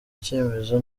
cyemezo